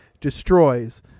destroys